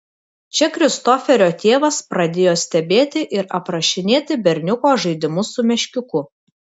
čia kristoferio tėvas pradėjo stebėti ir aprašinėti berniuko žaidimus su meškiuku